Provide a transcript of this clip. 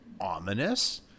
ominous